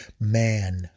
man